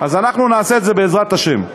אנחנו נעשה את זה, בעזרת השם.